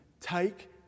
take